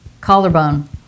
Collarbone